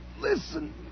Listen